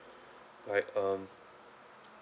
right um